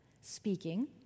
Speaking